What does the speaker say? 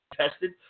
tested